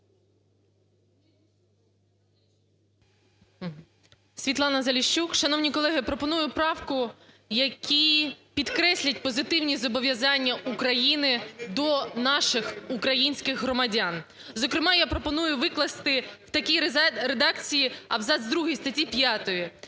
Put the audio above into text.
Світлана Заліщук. Шановні колеги, пропоную правку, в якій підкресліть позитивні зобов'язання України до наших українських громадян. Зокрема, я пропоную викласти у такій редакції абзац другий статті 5,